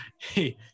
hey